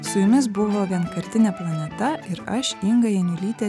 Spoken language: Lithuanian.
su jumis buvo vienkartinė planeta ir aš inga janiulytė